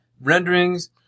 renderings